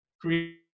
create